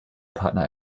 partner